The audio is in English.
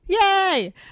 Yay